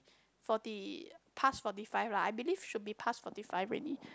forty past forty five lah I believe should be past forty five already